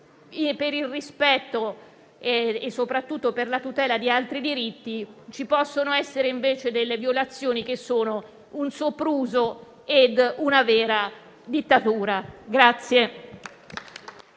per il rispetto e soprattutto per la tutela di altri diritti e ci possono essere invece delle violazioni che sono un sopruso e una vera dittatura.